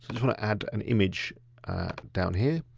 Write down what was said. wanna add an image down here.